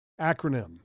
acronym